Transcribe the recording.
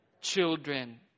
Children